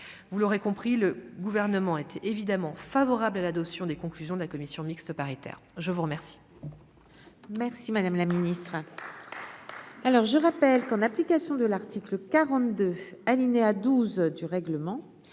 vous l'aurez compris le gouvernement était évidemment favorable à l'adoption des conclusions de la commission mixte paritaire, je vous remercie,